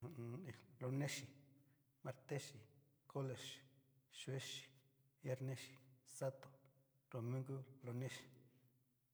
Hu u un. hí lonexi, martexi, colexi, juexi, viernexi, sato, nrumungu, lonexi.